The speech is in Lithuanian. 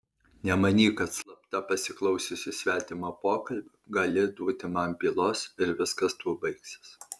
nemanyk kad slapta pasiklausiusi svetimo pokalbio gali duoti man pylos ir viskas tuo baigsis